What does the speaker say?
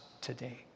today